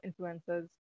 influencers